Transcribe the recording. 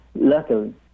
Luckily